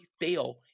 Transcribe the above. fail